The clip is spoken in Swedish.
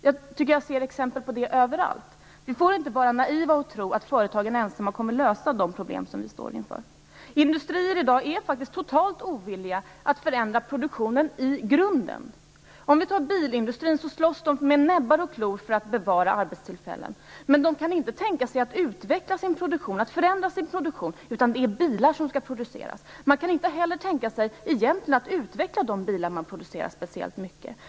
Jag tycker att jag ser exempel på det överallt. Vi får inte vara naiva och tro att företagen ensamma kommer att lösa de problem som vi står inför. Industrier är i dag totalt ovilliga att förändra produktionen i grunden. Låt oss ta t.ex. bilindustrin som exempel. Där slåss man med näbbar och klor för att bevara arbetstillfällen, men man kan inte tänka sig att förändra sin produktion, utan det är bilar som skall produceras. Man kan egentligen inte heller tänka sig att utveckla de bilar man producerar speciellt mycket.